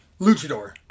luchador